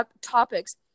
topics